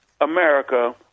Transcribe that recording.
America